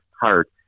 heart